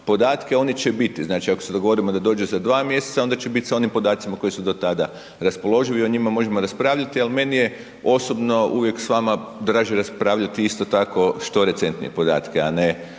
podatke oni će biti, znači ako se dogovorimo da dođe za 2 mjeseca onda će biti sa onim podacima koji su do tada raspoloživi i o njima možemo raspravljati, ali meni je osobno uvijek s vama draže raspravljati isto tako što recentnije podatke, a ne